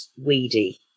weedy